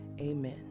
amen